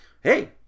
hey